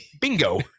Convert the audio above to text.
Bingo